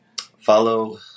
follow